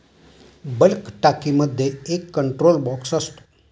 bulk टाकीमध्ये एक control box असतो